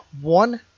One